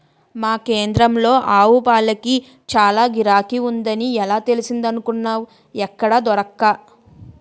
మా కేంద్రంలో ఆవుపాలకి చాల గిరాకీ ఉందని ఎలా తెలిసిందనుకున్నావ్ ఎక్కడా దొరక్క